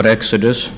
Exodus